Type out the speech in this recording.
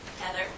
Heather